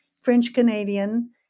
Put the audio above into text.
French-Canadian